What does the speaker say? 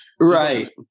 right